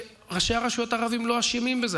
ראשי הרשויות הערבים לא אשמים בזה,